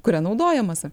kuria naudojamasi